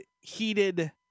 heated